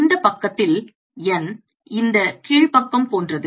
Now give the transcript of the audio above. இந்தப் பக்கத்தில் n இந்த கீழ்ப்பக்கம் போன்றது